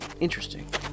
Interesting